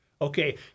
Okay